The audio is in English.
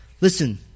Listen